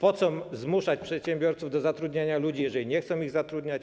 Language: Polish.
Po co zmuszać przedsiębiorców do zatrudniania ludzi, jeżeli nie chcą ich zatrudniać?